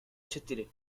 четыре